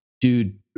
dude